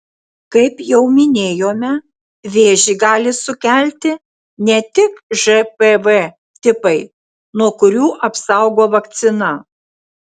kaip jau minėjome vėžį gali sukelti ne tik žpv tipai nuo kurių apsaugo vakcina